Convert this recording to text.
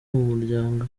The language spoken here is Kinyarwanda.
muryango